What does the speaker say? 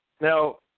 Now